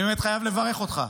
אני באמת חייב לברך אותך.